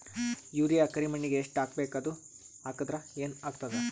Urea ಕರಿಮಣ್ಣಿಗೆ ಎಷ್ಟ್ ಹಾಕ್ಬೇಕ್, ಅದು ಹಾಕದ್ರ ಏನ್ ಆಗ್ತಾದ?